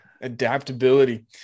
adaptability